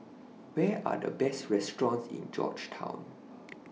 Where Are The Best restaurants in Georgetown